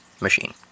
machine